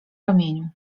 ramieniu